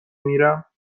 میرم